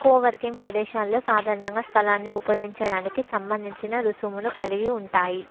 coworking ప్రదేశాలలో సాధారణంగా స్థలాన్ని ఉపయోగించడానికి సంబంధించిన రుసుమును కలిగి ఉంటాయి